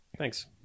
Thanks